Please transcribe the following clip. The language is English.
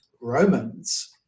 romans